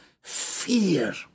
Fear